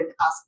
ask